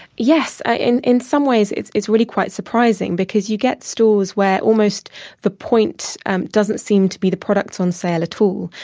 yes, ah in in some ways it's it's really quite surprising because you get stores where almost the point doesn't seem to be the products on sale at